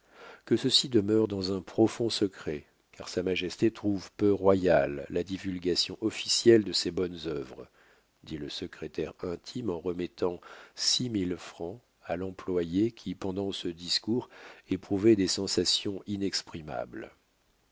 que ceci demeure dans un profond secret car sa majesté trouve peu royale la divulgation officielle de ses bonnes œuvres dit le secrétaire intime en remettant six mille francs à l'employé qui pendant ce discours éprouvait des sensations